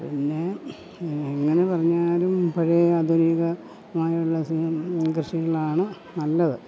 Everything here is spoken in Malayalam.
പിന്നെ എങ്ങനെ പറഞ്ഞാലും പഴയ ആധുനികമായുള്ള കൃഷികളാണ് നല്ലത്